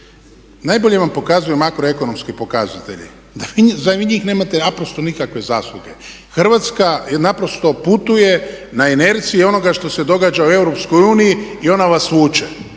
najbolje vam pokazuju makroekonomski pokazatelji. Za njih nemate naprosto nikakve zasluge. Hrvatska naprosto putuje na inerciji onoga što se događa u Europskoj